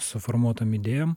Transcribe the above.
suformuotom idėjom